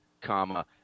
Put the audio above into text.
comma